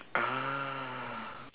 ah